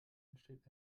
entsteht